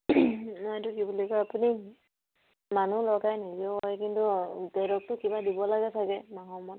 নহয় এইটো কি বুলি কয় আপুনি মানুহ লগায় নিজেও কৰে কিন্তু তাহাঁতকতো কিবা দিব লাগে চাগে মাহৰ মূৰত